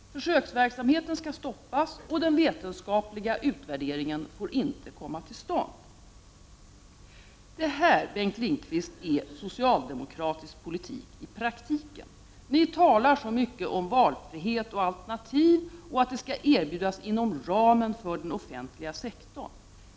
Försöksverksamheten skall stoppas, och den vetenskapliga utvärderingen får inte komma till stånd. Det här, Bengt Lindqvist, är socialdemokratisk politik i praktiken! Ni talar så mycket om valfrihet och alternativ och att detta skall erbjudas inom ramen för den offentliga sektorn.